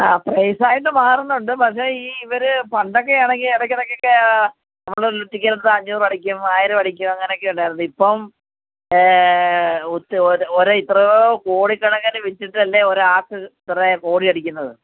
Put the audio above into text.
ആ പ്രയ്സ് ആയിട്ട് മാറുന്നുണ്ട് പക്ഷേ ഈ ഇവർ പണ്ടൊക്കെയാണെങ്കിൽ ഇടയ്ക്കിടയ്ക്ക് ഒക്കെ നമ്മൾ പ്രതീക്ഷിക്കാതെ അഞ്ഞൂറടിക്കും ആയിരം അടിക്കും അങ്ങനെയൊക്കെ ഉണ്ടായിരുന്നു ഇപ്പം ഒരു ഒരു എത്രയോ കോടി കണക്കിന് വിറ്റിട്ടല്ലേ ഒരാൾക്ക് ഇത്രയും കോടി അടിക്കുന്നത്